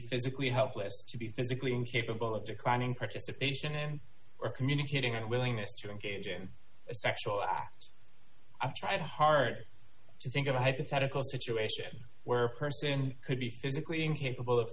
physically helpless to be physically incapable of declining participation or communicating a willingness to engage in a sexual act i've tried hard to think of a hypothetical situation where a person could be physically incapable of